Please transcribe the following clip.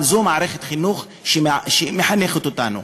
אבל זו מערכת החינוך שמחנכת אותנו.